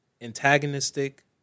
antagonistic